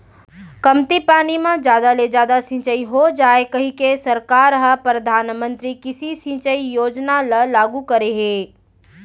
कमती पानी म जादा ले जादा सिंचई हो जाए कहिके सरकार ह परधानमंतरी कृषि सिंचई योजना ल लागू करे हे